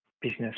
business